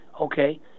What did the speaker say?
okay